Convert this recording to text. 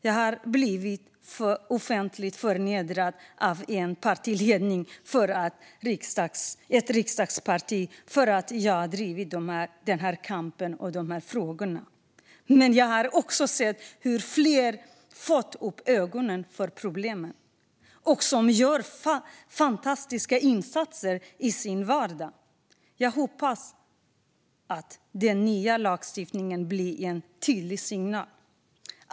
Jag har blivit offentligt förnedrad av ledningen för ett riksdagsparti för att jag har drivit den här kampen och de här frågorna. Men jag har också sett hur fler har fått upp ögonen för problemen och gör fantastiska insatser i sin vardag. Jag hoppas att den nya lagstiftningen blir en tydlig signal.